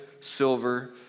silver